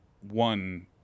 one